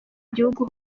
gihugu